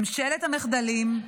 ממשלת המחדלים,